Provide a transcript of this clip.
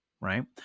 right